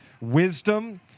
wisdom